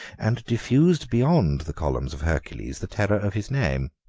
and diffused beyond the columns of hercules the terror of his name.